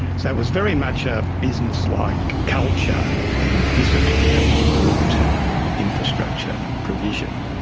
so it was very much a businesslike culture and discipline that was brought to infrastructure provision.